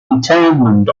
determined